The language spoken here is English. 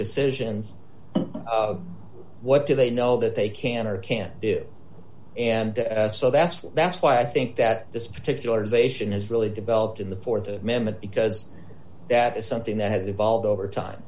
decisions what do they know that they can or can't do and so that's why that's why i think that this particular invasion has really developed in the th amendment because that is something that has evolved over time